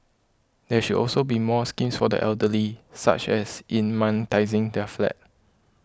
there should also be more schemes for the elderly such as in monetising their flat